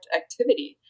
activity